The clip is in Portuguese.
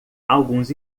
alguns